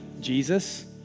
Jesus